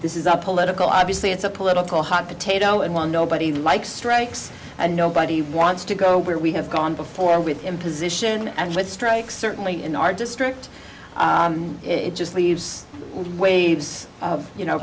this is a political obviously it's a political hot potato and one nobody likes strikes and nobody wants to go where we have gone before with imposition and with strikes certainly in our district it just leaves waves you know